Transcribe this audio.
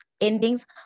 Endings